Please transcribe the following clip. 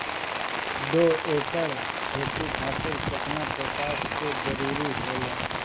दु एकड़ खेती खातिर केतना पोटाश के जरूरी होला?